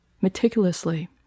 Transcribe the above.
meticulously